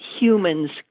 humans